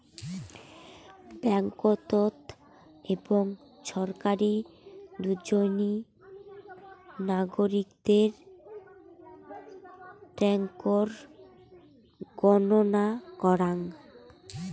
ব্যাঙ্ককোত এবং ছরকারি দুজনেই নাগরিকদের ট্যাক্সের গণনা করাং